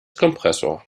kompressor